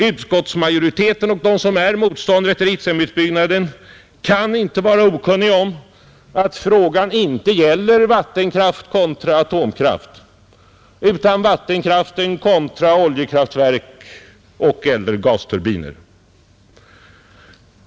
Utskottsmajoriteten och övriga motståndare till Ritsemutbyggnaden kan inte vara okunniga om att frågan inte gäller vattenkraft kontra atomkraft utan vattenkraften kontra oljekraftverk och äldre gasturbiner.